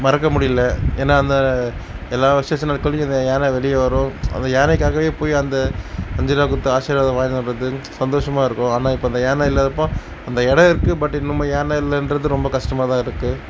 மறக்கமுடியிலை ஏன்னால் அந்த எல்லா விசேஷம் நாட்கள்லையும் அந்த யானை வெளியே வரும் அந்த யானைக்காகவே போய் அந்த அஞ்சுரூவா கொடுத்து ஆசீர்வாதம் வாங்கின்னு வரது சந்தோஷமாகருக்கும் ஆனால் இப்போது யானை இல்லாதப்போது அந்த இடம் இருக்குது பட் நம்ப யானை இல்லைன்றது ரொம்ப கஷ்டமாகதான் இருக்குது